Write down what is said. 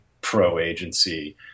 pro-agency